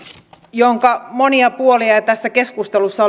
jonka monia puolia tässä keskustelussa